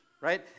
right